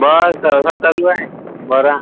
बस असंच चालू आहे बरा